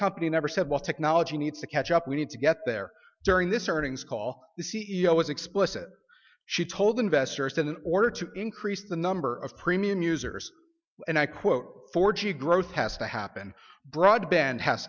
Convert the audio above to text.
company never said what technology needs to catch up we need to get there during this earnings call the c e o is explicit she told investors in order to increase the number of premium users and i quote four g growth has to happen broadband has